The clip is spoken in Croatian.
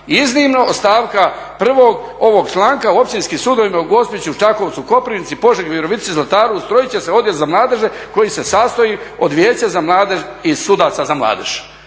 iznimno od stavka 1. ovog članka općinski sudovima u Gospiću, Čakovcu, Koprivnici, Požegi, Virovitici, Zlataru ustrojit će se odjel za mladež koji se sastoji od Vijeća za mladež i sudaca za mladež.